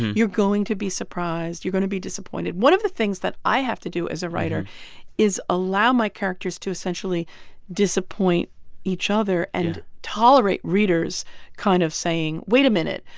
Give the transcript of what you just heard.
you're going to be surprised you're going to be disappointed. one of the things that i have to do as a writer is allow my characters to essentially disappoint each other and tolerate readers kind of saying, wait a minute,